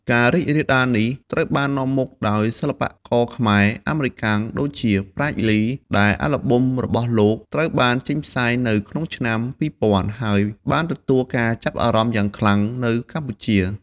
ការរីករាលដាលនេះត្រូវបាននាំមុខដោយសិល្បករខ្មែរ-អាមេរិកាំងដូចជា ប្រាជ្ញ លី ដែលអាល់ប៊ុមរបស់លោក ត្រូវបានចេញផ្សាយនៅក្នុងឆ្នាំ ២០០០ហើយបានទទួលការចាប់អារម្មណ៍យ៉ាងខ្លាំងនៅកម្ពុជា។